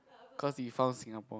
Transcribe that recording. cause he found Singapore